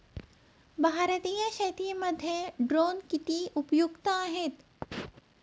भारतीय शेतीमध्ये ड्रोन किती उपयुक्त आहेत?